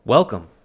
welcome